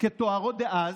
כתוארו דאז,